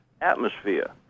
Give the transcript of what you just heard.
atmosphere